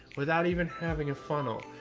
without even having a funnel.